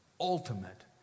Ultimate